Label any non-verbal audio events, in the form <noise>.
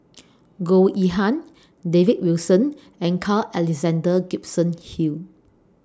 <noise> Goh Yihan David Wilson and Carl Alexander Gibson Hill